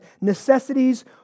necessities